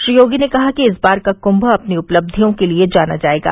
श्री योगी ने कहा कि इस बार का कुंभ अपनी उपलब्धियों के लिये जाना जायेगा